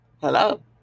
Hello